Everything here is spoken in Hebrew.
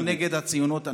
אנחנו נגד הציונות.